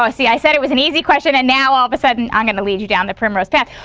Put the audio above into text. ah see, i said it was an easy question. and now, all of a sudden, i'm going to lead you down the primrose path.